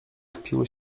wpiły